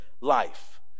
life